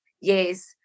yes